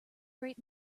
great